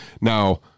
Now